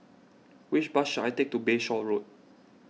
which bus should I take to Bayshore Road